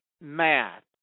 math